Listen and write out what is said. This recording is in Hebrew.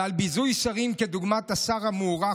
ועל ביזוי שרים כדוגמת השר המוערך,